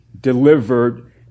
delivered